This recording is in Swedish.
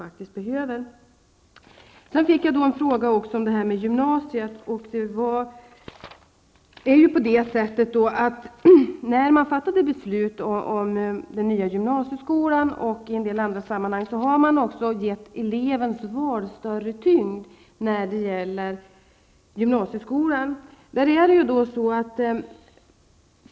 Jag fick också en fråga om gymnasiet. När man fattade beslut om den nya gymnasieskolan och i en del andra sammanhang har man gett elevens val större tyngd.